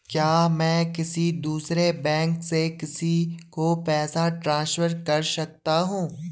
क्या मैं किसी दूसरे बैंक से किसी को पैसे ट्रांसफर कर सकता हूँ?